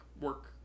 work